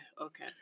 okay